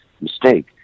mistake